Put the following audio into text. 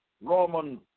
Roman